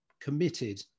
committed